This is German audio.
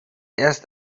erst